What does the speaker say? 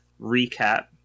recap